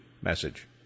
message